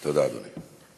תודה, אדוני.